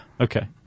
Okay